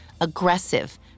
aggressive